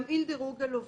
לגבי תמהיל דירוג הלווים,